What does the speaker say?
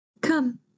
Come